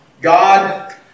God